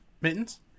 Mittens